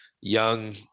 young